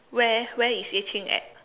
where where is Yue-Qing at